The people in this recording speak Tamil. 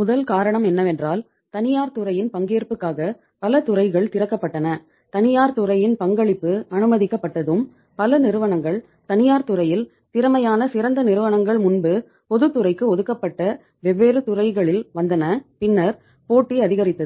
முதல் காரணம் என்னவென்றால் தனியார் துறையின் பங்கேற்புக்காக பல துறைகள் திறக்கப்பட்டன தனியார் துறையின் பங்களிப்பு அனுமதிக்கப்பட்டதும் பல நிறுவனங்கள் தனியார் துறையில் திறமையான சிறந்த நிறுவனங்கள் முன்பு பொதுத்துறைக்கு ஒதுக்கப்பட்ட வெவ்வேறு துறைகளில் வந்தன பின்னர் போட்டி அதிகரித்தது